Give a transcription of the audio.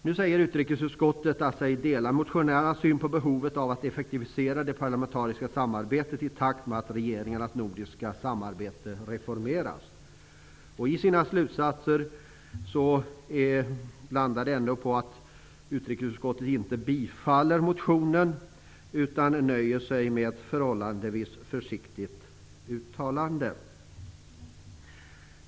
Nu säger utrikesutskottet att man delar motionärernas syn på behovet av att det parlamentariska samarbetet effektiviseras i takt med att regeringarnas nordiska samarbete reformeras. I sina slutsatser landar man i utrikesutskottet ändå på ett ställningstagande som innebär att man inte tillstyrker motionen. I stället nöjer man sig med ett förhållandevis försiktigt uttalande.